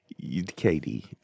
Katie